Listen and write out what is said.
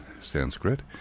Sanskrit